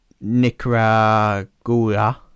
Nicaragua